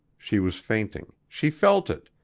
she was fainting she felt it,